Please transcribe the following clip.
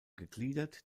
gegliedert